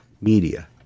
media